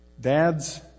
Dads